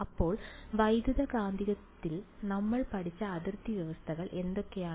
അപ്പോൾ വൈദ്യുതകാന്തികത്തിൽ നമ്മൾ പഠിച്ച അതിർത്തി വ്യവസ്ഥകൾ എന്തൊക്കെയാണ്